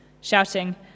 shouting